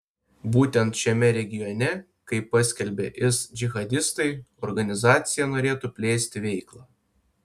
būtent šiame regione kaip paskelbė is džihadistai organizacija norėtų plėsti veiklą